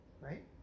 Right